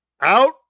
Out